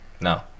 No